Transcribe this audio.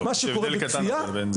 יש הבדל קטן בינינו.